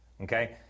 okay